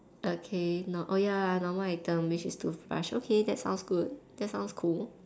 okay not oh ya normal item which is toothbrush okay that sounds good that sounds cool